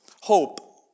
hope